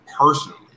personally